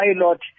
pilot